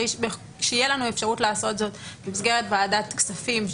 כשתהיה לנו אפשרות לעשות זאת במסגרת ועדת כספים,